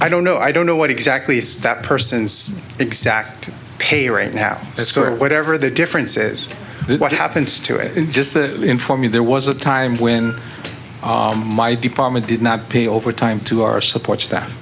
i don't know i don't know what exactly is that person's exact pay right now as whatever the difference is what happens to it in just the in for me there was a time when my department did not pay overtime to our support staff